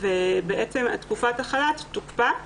תקופת החל"ת תוקפא,